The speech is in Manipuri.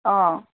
ꯑꯥ